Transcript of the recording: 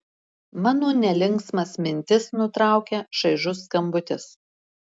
mano nelinksmas mintis nutraukia šaižus skambutis